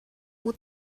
what